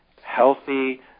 healthy